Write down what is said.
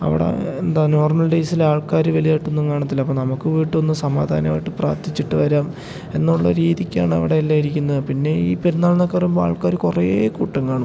അവിടെ എന്താ നോർമൽ ഡേയ്സി ആൾക്കാർ വലിയതായിട്ടൊന്നും കാണത്തില്ല അപ്പോൾ നമുക്ക് പോയിട്ടൊന്ന് സമാധാനമായിട്ട് പ്രാർത്ഥിച്ചിട്ട് വരാം എന്നുള്ള രീതിയ്ക്കാണ് അവിടെ എല്ലാം ഇരിക്കുന്നത് പിന്നെ ഈ പെരുന്നാൾ എന്നൊക്കെ പറയുമ്പോൾ ആൾക്കാർ കുറേ കൂട്ടം കാണും